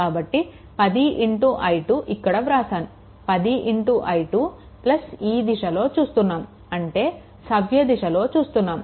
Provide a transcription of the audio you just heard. కాబట్టి 10i2 ఇక్కడ వ్రాసాను 10 i2 ఈ దిశలో చూస్తున్నాము అంటే సవ్య దిశలో చూస్తున్నాము